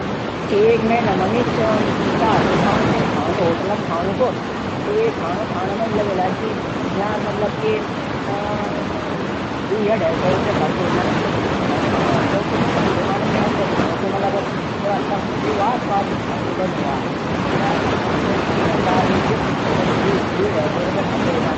एक मैना मा चार से पांच दिन खांदू। होटल मा खाणू कू त वे खाणू खाण मा लगे ल्या कि म्यार दिवई से ढाई सो रूपया खर्च हूदन। किले की मी इन दुकान मा जांदू जख थुडा सस्तू रैंदू। और स्वादिष्ट भी बणयू हो।